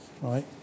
right